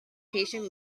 patient